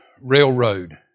railroad